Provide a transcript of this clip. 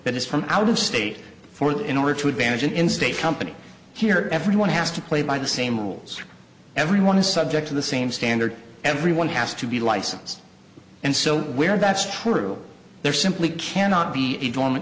that is from out of state for that in order to advantage an in state company here everyone has to play by the same rules everyone is subject to the same standard everyone has to be licensed and so where that's true there simply cannot be a dorman